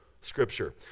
scripture